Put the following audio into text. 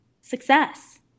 success